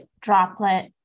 Droplet